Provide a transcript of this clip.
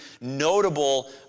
notable